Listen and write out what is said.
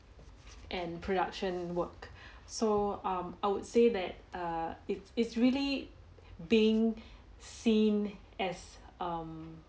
and production work so um I would say that err it's it's really being seen as um